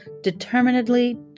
determinedly